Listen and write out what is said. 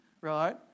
right